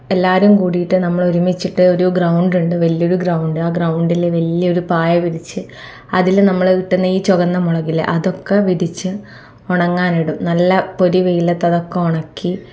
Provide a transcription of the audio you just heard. എല്ലാരും കൂടിയിട്ട് നമ്മളൊരുമിച്ചിട്ട് ഒരു ഗ്രൗണ്ട് ഉണ്ട് വലിയൊരു ഗ്രൗണ്ട് ആ ഗ്രൗണ്ടിൽ വലിയൊരു പായ വിരിച്ചു അതിൽ നമ്മളാ കിട്ടുന്ന ഈ ചുവന്ന മുളകില്ലേ അതൊക്കെ വിരിച്ചു ഉണങ്ങാനിടും നല്ല പൊരി വെയിലത്തു അതൊക്കെ ഉണക്കി